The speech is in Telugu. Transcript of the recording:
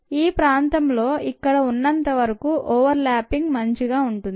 ఈ ప్రాంతంలో ఇక్కడ ఉన్నంత వరకు ఓవర్ ల్యాపింగ్ మంచిగా ఉంటుంది